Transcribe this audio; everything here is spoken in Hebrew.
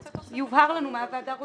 אולי יובהר לנו מה הוועדה רוצה.